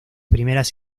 primeras